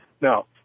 Now